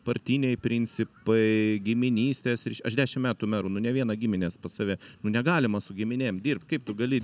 partiniai principai giminystės aš dešim metų meru nu ne vieną giminės pas save nu negalima su giminėm dirbt kaip tu gali